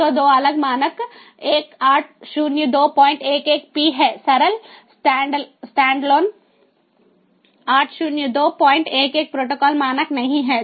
तो 2 अलग मानक 1 80211 पी हैं सरल स्टैंडअलोन 80211 प्रोटोकॉल मानक नहीं है